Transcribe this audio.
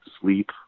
sleep